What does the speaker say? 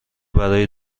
برای